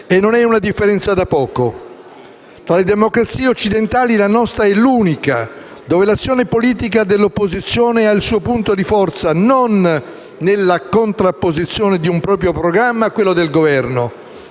E non è una differenza da poco. Fra le democrazie occidentali la nostra è l'unica dove l'azione politica dell'opposizione ha il suo punto di forza non nella contrapposizione di un proprio programma a quello del Governo,